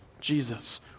Jesus